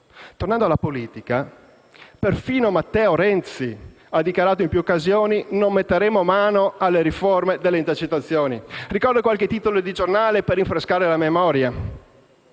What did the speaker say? Tornando alla politica, perfino Matteo Renzi ha dichiarato in più occasioni: «Non metteremo mano alle riforme delle intercettazioni». Ricordo qualche titolo di giornale per rinfrescare la memoria,